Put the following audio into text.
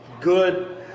good